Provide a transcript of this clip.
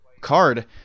card